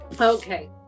okay